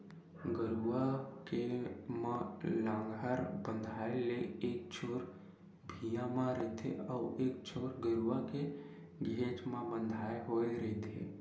गरूवा के म लांहगर बंधाय ले एक छोर भिंयाँ म रहिथे अउ एक छोर गरूवा के घेंच म बंधाय होय रहिथे